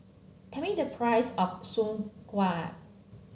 tell me the price of Soon Kway